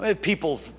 People